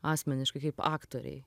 asmeniškai kaip aktorei